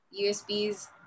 USBs